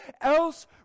else